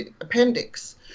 appendix